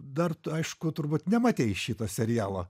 dar aišku turbūt nematei šito serialo